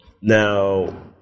now